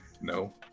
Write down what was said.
No